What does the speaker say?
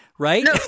Right